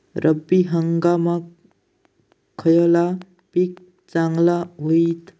रब्बी हंगामाक खयला पीक चांगला होईत?